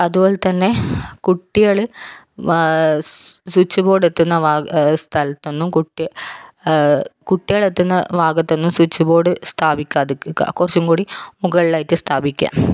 അതുപോലെ തന്നെ കുട്ടികൾ സ്വിച്ച് ബോഡ് എത്തുന്ന ഭാഗ സ്ഥലത്തൊന്നും കുട്ടി കുട്ടികളെത്തുന്ന ഭാഗത്തൊന്നും സ്വിച്ച് ബോഡ് സ്ഥാപിക്കാതിരിക്കുക ആ കുറച്ചും കൂടി മുകളിലായിട്ട് സ്ഥാപിക്കുക